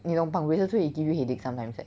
你懂绑 braces 会 give you headache sometimes eh